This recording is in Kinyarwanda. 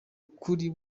kuri